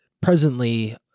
presently